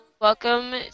welcome